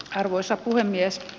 arvoisa puhemies